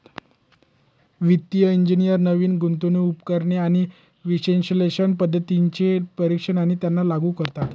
वित्तिय इंजिनियर नवीन गुंतवणूक उपकरण आणि विश्लेषणाच्या पद्धतींचे परीक्षण आणि त्यांना लागू करतात